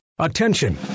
Attention